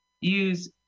use